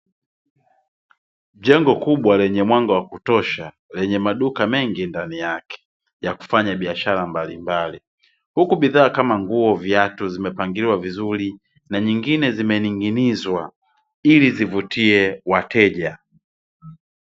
Jengo kubwa lenye mwanga wakutosha, lenye maduka mengi ndani yake ya kufanya biashara mbalimbali, huku bidhaa kama nguo, viatu, zimepangiliwa vizuri na nyingine zimening'inzwa ili zivutie wateja,